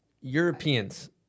Europeans